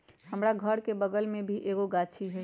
हमरा घर के बगल मे भी एगो गाछी हई